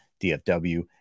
DFW